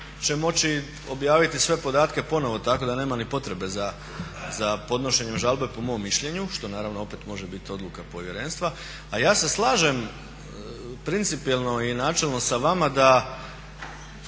će moći objaviti sve podatke ponovno tako da nama ni potreba za podnošenjem žalbe po mom mišljenju, što naravno opet može biti odluka povjerenstva. A ja se slažem principijelno i načelno sa vama da